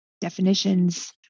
definitions